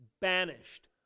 banished